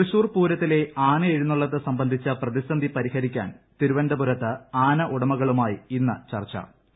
തൃശ്ശൂർ പൂരത്തിലെ ആനയെഴുന്നള്ളത്ത് സംബന്ധിച്ച പ്രതിസന്ധി പരിഹരിക്കാൻ തിരുവനന്തപുരത്ത് ആന ഉടമകളുമായി ഇന്ന് ചർച്ചു